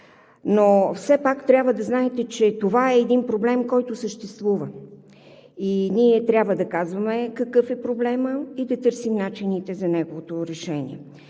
но все пак трябва да знаете, че това е един проблем, който съществува. Ние трябва да казваме какъв е проблемът и да търсим начините за неговото решение,